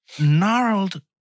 gnarled